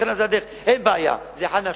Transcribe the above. אין בעיה, זה אחד מהשניים: